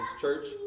church